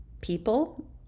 people